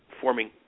forming